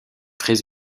très